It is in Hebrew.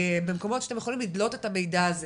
ממקומות שאתם יכולים לדלות את המידע הזה